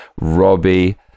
Robbie